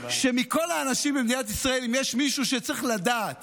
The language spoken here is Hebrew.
מכל האנשים במדינת ישראל, אם יש מישהו שצריך לדעת